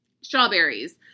strawberries